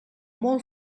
molt